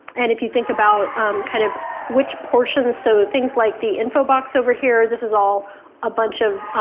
and if you think about kind of which portion, so things like the info box over here. this is all a bunch of